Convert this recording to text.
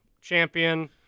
champion